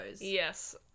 yes